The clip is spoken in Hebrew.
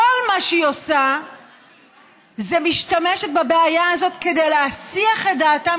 כל מה שהיא עושה זה משתמשת בבעיה הזאת כדי להסיח את דעתם